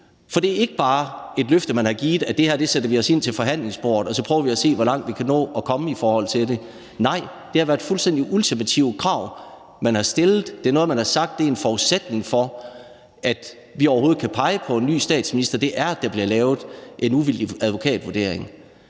For det er ikke bare et løfte, man har givet, om, at det her sætter man sig ind til forhandlingsbordet med, og så prøver man at se, hvor langt man kan nå at komme i forhold til det. Nej, det har været fuldstændig ultimative krav, man har stillet. Det er noget, hvor man har sagt, at en forudsætning for, at man overhovedet kan pege på en ny statsminister, er, at der bliver lavet en uvildig advokatvurdering.